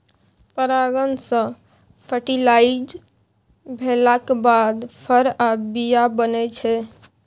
परागण सँ फर्टिलाइज भेलाक बाद फर आ बीया बनै छै